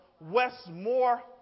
Westmore